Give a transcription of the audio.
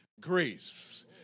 grace